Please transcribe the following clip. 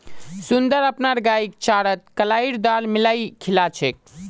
सुंदर अपनार गईक चारात कलाईर दाल मिलइ खिला छेक